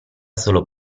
solo